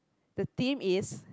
the theme is